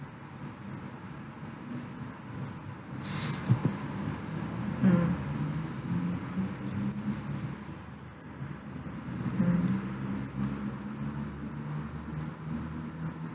mm mm